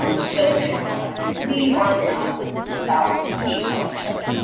um do you feel free to contact either me or brianna about using a scholarship